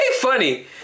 funny